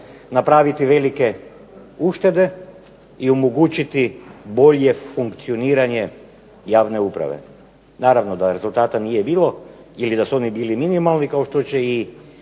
napraviti velike uštede i omogućiti bolje funkcioniranje javne uprave. Naravno da rezultata nije bilo ili da su oni bili minimalni kao što će i